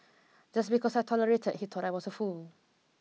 just because I tolerated he thought I was a fool